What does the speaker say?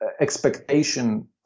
expectation